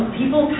people